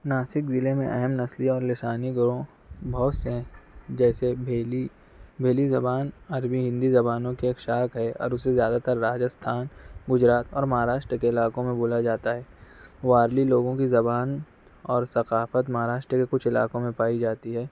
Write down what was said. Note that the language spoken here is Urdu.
ناسک ضلع میں اہم نسلی اور لسانی گروہ بہت سے ہیں جیسے بھیلی بھیلی زبان عربی ہندی زبانوں کی ایک شاخ ہے اور اسے زیادہ تر راجستھان گجرات اور مہاراشٹر کے علاقوں میں بولا جاتا ہے وارلی لوگوں کی زبان اور ثقافت مہاراشٹر کے کچھ علاقوں میں پائی جاتی ہے